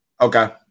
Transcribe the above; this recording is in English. Okay